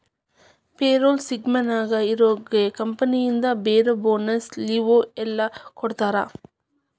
payroll ಸ್ಕೇಮ್ನ್ಯಾಗ ಇರೋರ್ಗೆ ಕಂಪನಿಯಿಂದ ಬರೋ ಬೋನಸ್ಸು ಲಿವ್ವು ಎಲ್ಲಾ ಕೊಡ್ತಾರಾ